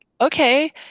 okay